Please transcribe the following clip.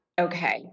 Okay